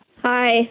Hi